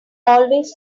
always